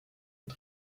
und